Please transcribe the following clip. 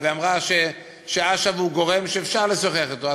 ואמרה שאש"ף הוא גורם שאפשר לשוחח אתו.